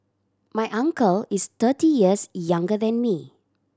my uncle is thirty years younger than me